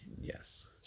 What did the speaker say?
Yes